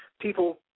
People